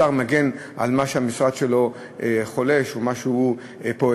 שר מגן על מה שהמשרד שלו חולש עליו ועל מה שהוא פועל.